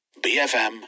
BFM